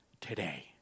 today